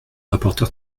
rapporteur